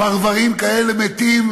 פרברים כאלה מתים,